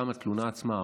גם התלונה עצמה,